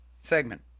Segment